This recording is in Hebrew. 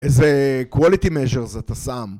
איזה quality measures אתה שם?